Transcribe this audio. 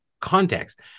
context